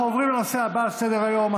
אנחנו עוברים לנושא הבא על סדר-היום,